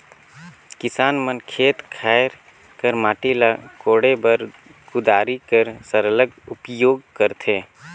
किसान मन खेत खाएर कर माटी ल कोड़े बर कुदारी कर सरलग उपियोग करथे